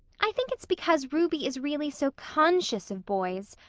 i think it's because ruby is really so conscious of boys.